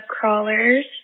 crawlers